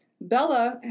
Bella